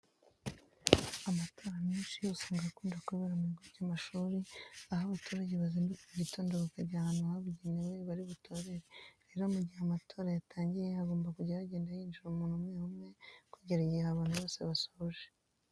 Amatora menshi usanga akunda kubera mu bigo by'amashuri, aho abaturage bazinduka mu gitondo bakajya ahantu habugenewe bari butorere. Rero mu gihe amatora yatangiye hagomba kujya hagenda hinjira umuntu umwe umwe kugera igihe abantu bose basoreje.